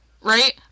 right